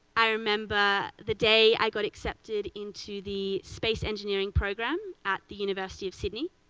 i remember the day i got accepted into the space engineering program at the university of sidney.